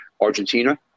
Argentina